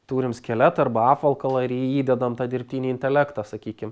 turim skeletą arba apvalkalą ir į jį įdedam tą dirbtinį intelektą sakykim